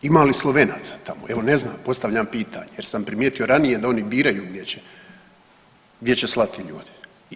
Ima li Slovenaca tamo, evo ne znam, postavljam pitanje jel sam primijetio ranije da oni biraju gdje će, gdje će slati ljude.